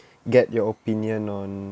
get your opinion on